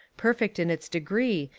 perfect in its degree,